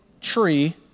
tree